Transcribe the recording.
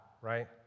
right